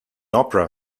opera